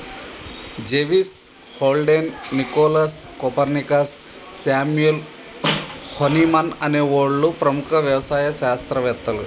జెవిస్, Haldane, Nicholas, Copernicus, Samuel Hahnemann అనే ఓళ్ళు ప్రముఖ యవసాయ శాస్త్రవేతలు